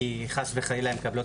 כי חס וחלילה,